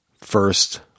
First